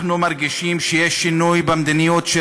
אנחנו מרגישים שיש שינוי במדיניות של